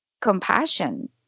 compassion